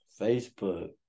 Facebook